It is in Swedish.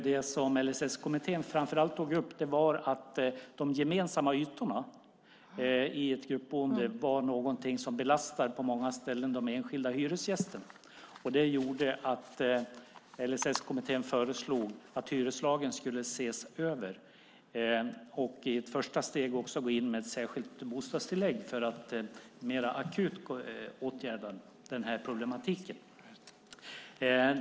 Det som LSS-kommittén framför allt tog upp var att de gemensamma ytorna i ett gruppboende på många ställen belastar de enskilda hyresgästerna. Det gjorde att LSS-kommittén föreslog att hyreslagen skulle ses över och att man i ett första steg också skulle gå in med ett särskilt bostadstillägg för att mer akut åtgärda den här problematiken.